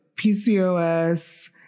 PCOS